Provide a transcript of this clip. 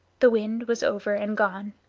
the wind was over and gone.